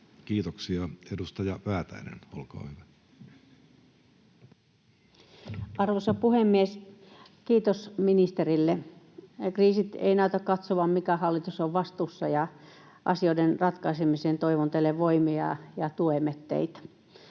Kiitoksia. — Edustaja Väätäinen, olkaa hyvä. Arvoisa puhemies! Kiitos ministerille. Kriisit eivät näytä katsovan, mikä hallitus on vastuussa, ja asioiden ratkaisemiseen toivon teille voimia, ja tuemme teitä.